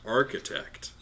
architect